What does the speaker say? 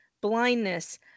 blindness